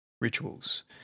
rituals